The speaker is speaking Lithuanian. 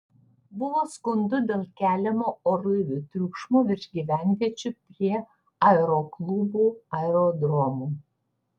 buvo skundų dėl keliamo orlaivių triukšmo virš gyvenviečių prie aeroklubų aerodromų